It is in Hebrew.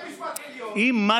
את היועץ המשפטי, מי אתה, מה זה?